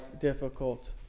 difficult